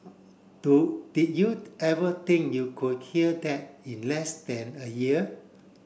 do did you ever think you could hear that in less than a year